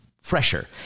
fresher